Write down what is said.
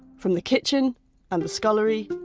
from the kitchen and the scullery,